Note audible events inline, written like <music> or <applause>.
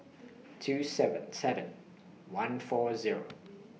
<noise> two seven seven one four Zero <noise>